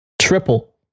triple